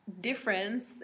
Difference